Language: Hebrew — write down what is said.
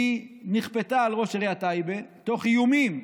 היא נכפתה על ראש עיריית טייבה תוך איומים.